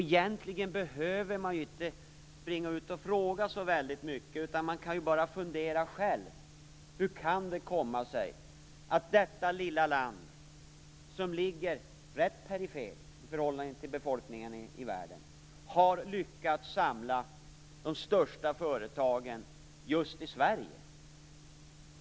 Egentligen behöver man inte springa ut och fråga så mycket, utan man kan bara fundera själv: Hur kan det komma sig att detta lilla land, som ligger rätt perifert i förhållande till befolkningarna i världen, har lyckats samla de största företagen just i Sverige?